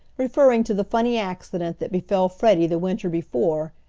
referring to the funny accident that befell freddie the winter before,